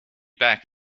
back